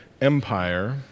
empire